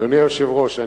אדוני היושב-ראש,